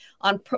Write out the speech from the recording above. on